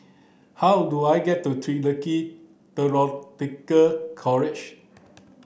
how do I get to College